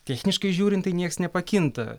techniškai žiūrint tai nieks nepakinta